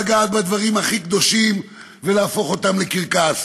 לגעת בדברים הכי קדושים ולהפוך אותם לקרקס.